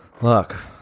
Look